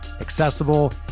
accessible